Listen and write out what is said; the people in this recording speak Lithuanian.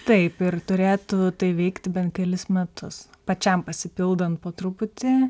taip ir turėtų tai vykti bent kelis metus pačiam pasipildant po truputį